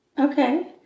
Okay